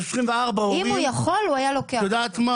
אם הוא יכול הוא היה לוקח אותו.